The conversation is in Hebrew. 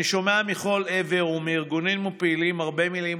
אני שומע מכל עבר ומארגונים ומפעילים הרבה מילים